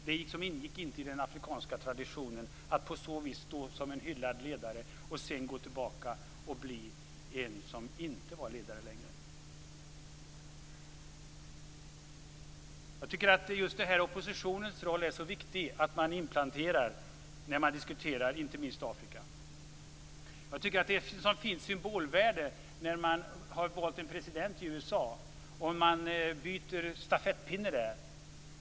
Det ingick liksom inte i den afrikanska traditionen att först stå som en hyllad ledare och sedan gå tillbaka och bli en som inte längre var ledare. Jag tycker att oppositionens roll är viktig att inplantera, inte minst när man diskuterar Afrika. Jag tycker att det har ett fint symbolvärde när man byter stafettpinne efter ett presidentval i USA.